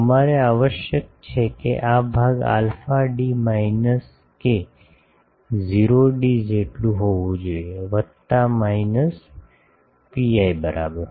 અમારે આવશ્યક છે કે આ ભાગ આલ્ફા ડી માઈનસ કે 0 ડી જેટલું હોવું જોઈએ વત્તા માઇનસ pi બરાબર